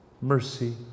mercy